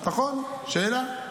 נכון, שאלה.